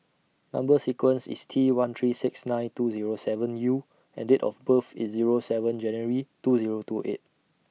Number sequence IS T one three six nine two Zero seven U and Date of birth IS Zero seven January two Zero two eight